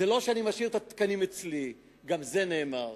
זה לא שאני משאיר את התקנים אצלי, גם זה נאמר.